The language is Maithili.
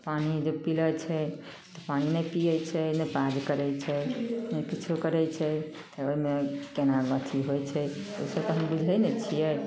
पानि जे पिलाबय छै तऽ पानि नहि पीबय छै नहि पाउज करय छै ने किछो करय छै तऽ ओइमे केना बत्ती होइ छै उसब तऽ बुझय नहि छियै